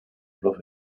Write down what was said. prof